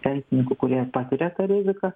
pensininkų kurie patiria tą riziką